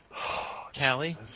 Callie